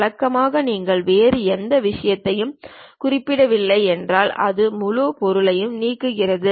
வழக்கமாக நீங்கள் வேறு எந்த விஷயத்தையும் குறிப்பிடவில்லை என்றால் அது முழு பொருளையும் நீக்குகிறது